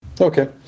Okay